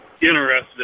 interested